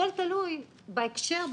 הכול תלוי בהקשר,